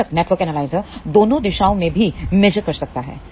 बेशक network analyser दोनों दिशाओं में भी मेजर कर सकता है